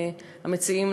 המציעים,